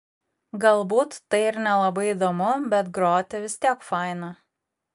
galbūt tai ir nelabai įdomu bet groti vis tiek faina